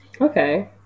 okay